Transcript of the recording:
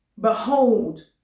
behold